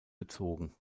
gezogen